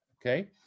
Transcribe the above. Okay